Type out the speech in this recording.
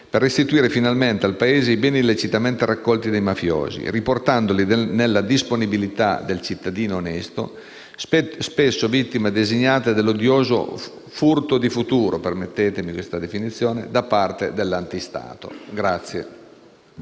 per restituire finalmente al Paese i beni illecitamente raccolti dai mafiosi, riportandoli nella disponibilità del cittadino onesto, spesso vittima designata dell'odioso furto di futuro da parte dell'antistato.